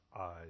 eyes